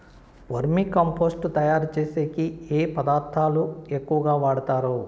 వర్మి compost తయారుచేసేకి ఏ పదార్థాలు ఎక్కువగా వాడుతారు